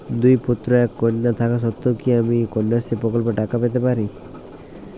দুই পুত্র এক কন্যা থাকা সত্ত্বেও কি আমি কন্যাশ্রী প্রকল্পে টাকা পেতে পারি?